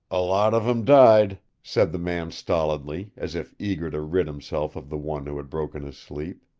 a lot of em died, said the man stolidly, as if eager to rid himself of the one who had broken his sleep.